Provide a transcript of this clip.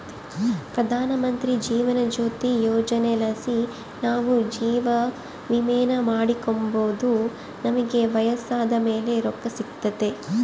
ಪ್ರಧಾನಮಂತ್ರಿ ಜೀವನ ಜ್ಯೋತಿ ಯೋಜನೆಲಾಸಿ ನಾವು ಜೀವವಿಮೇನ ಮಾಡಿಕೆಂಬೋದು ನಮಿಗೆ ವಯಸ್ಸಾದ್ ಮೇಲೆ ರೊಕ್ಕ ಸಿಗ್ತತೆ